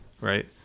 right